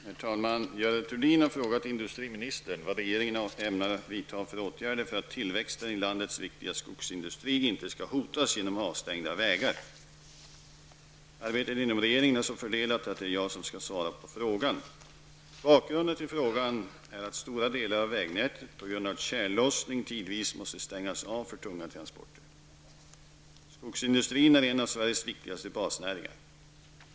Herr talman! Görel Thurdin har frågat industriministern vad regeringen ämnar vidta för åtgärder för att tillväxten i landets viktiga skogsindustri inte skall hotas genom avstängda vägar. Arbetet inom regeringen är så fördelat att det är jag som skall svara på frågan. Bakgrunden till frågan är att stora delar av vägnätet på grund av tjällossning tidvis måste stängas av för tunga transporter. Skogsindustrin är en av Sveriges viktigaste basnäringar.